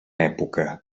època